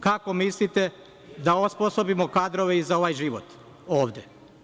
Kako mislite da osposobimo kadrove za ovaj život ovde?